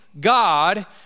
God